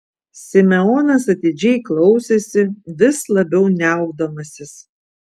simeonas atidžiai klausėsi vis labiau niaukdamasis